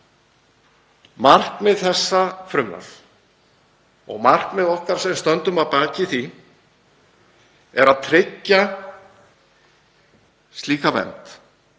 Markmið þessa frumvarps og markmið okkar sem stöndum að baki því er að tryggja slíka vernd